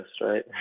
right